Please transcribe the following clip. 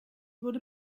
wurde